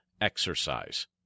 exercise